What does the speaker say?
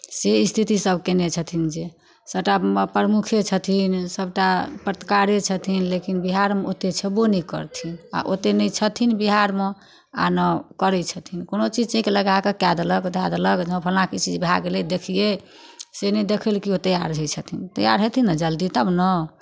से स्थितिसभ कयने छथिन जे सभटा प्रमुखे छथिन सभटा पत्रकारे छथिन लेकिन बिहारमे ओतेक छेबो नहि करथिन आ ओतेक नहि छथिन बिहारमे आ ने करै छथिन कोनो चीज चीक लगाए कऽ कए देलक धए देलक जे फल्लाँके ई चीज भए गेलै देखियै से नहि देखय लेल किओ तैयार होइ छथिन तैयार हेथिन ने जल्दी तब ने